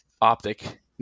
Optic